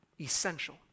essential